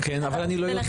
כן, אבל אני לא יודע.